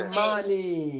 money